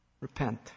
Repent